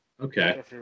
Okay